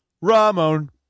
Ramon